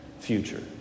future